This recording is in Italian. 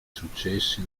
successi